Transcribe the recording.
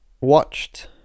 watched